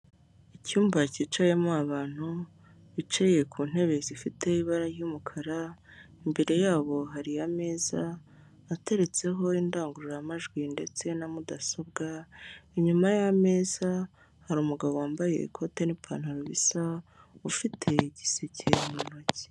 Icyumba kicayemo abantu bicaye ku ntebe zifite ibara ry'umukara, imbere yabo hari ameza ateretseho indangururamajwi ndetse na mudasobwa, inyuma y'ameza hari umugabo wambaye ikote n'ipantaro bisa ufite igiseke mu ntoki.